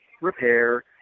repair